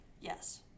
Yes